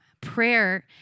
Prayer